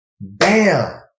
bam